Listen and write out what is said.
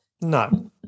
No